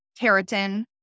keratin